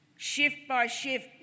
Shift-by-shift